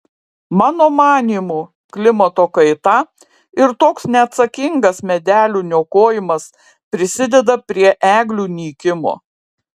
mano manymu klimato kaita ir toks neatsakingas medelių niokojimas prisideda prie eglių nykimo